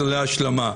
אז להשלמה.